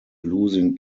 losing